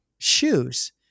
Shoes